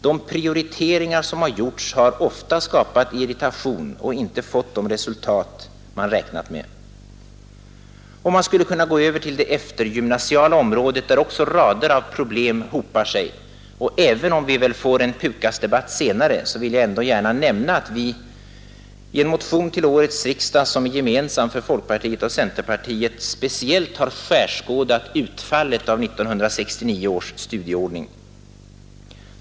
De prioriteringar som gjorts har ofta skapat irritation och inte fått de resultat man räknat med. Och man skulle kunna gå över till det eftergymnasiala området, där också rader av problem hopar sig. Även om vi väl får en PUKAS-debatt senare, vill jag gärna nämna att i en gemensam motion till årets riksdag har folkpartiet och centerpartiet speciellt skärskådat utfallet av 1969 års studieordning.